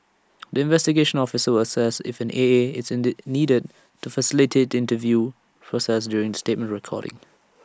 the investigation officer will assess if an A A is that needed to facilitate the interview process during statement recording